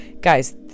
guys